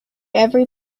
every